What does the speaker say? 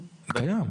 קיים.